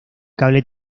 cable